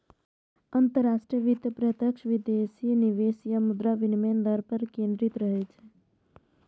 अंतरराष्ट्रीय वित्त प्रत्यक्ष विदेशी निवेश आ मुद्रा विनिमय दर पर केंद्रित रहै छै